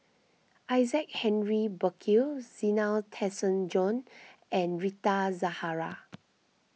Isaac Henry Burkill Zena Tessensohn and Rita Zahara